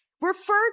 refer